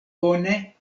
bone